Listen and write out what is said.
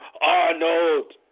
Arnold